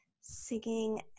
singing